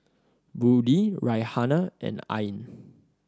Budi Raihana and Ain